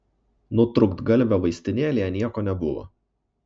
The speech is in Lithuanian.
nutrūktgalvio vaistinėlėje nieko nebuvo